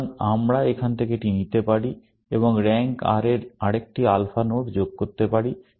সুতরাং আমরা এখান থেকে এটি নিতে পারি এবং র্যাঙ্ক R এর আরেকটি আলফা নোড যোগ করতে পারি